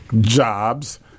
jobs